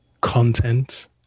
content